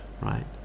right